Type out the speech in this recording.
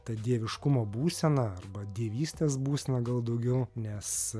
ta dieviškumo būsena arba dievystės būsena gal daugiau nes